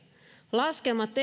laskelmat